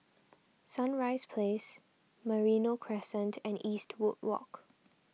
Sunrise Place Merino Crescent and Eastwood Walk